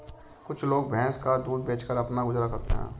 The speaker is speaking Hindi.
कुछ लोग भैंस का दूध बेचकर अपना गुजारा करते हैं